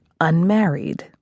unmarried